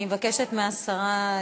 אני מבקשת מהשרה,